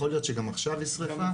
ויכול להיות שגם עכשיו יש שריפה.